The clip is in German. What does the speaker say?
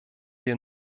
wir